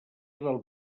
del